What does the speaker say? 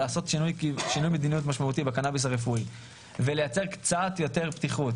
לעשות שינוי מדיניות משמעותי בקנאביס הרפואי ולייצר קצת יותר פתיחות,